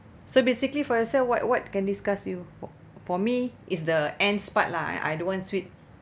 so basically for yourself what what can disgust you for me is the ants part lah I don't want sweet